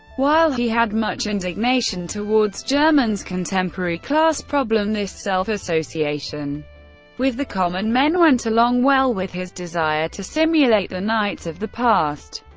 while he had much indignation towards german's contemporary class problem, this self-association with the common men went along well with his desire to simulate the knights of the past,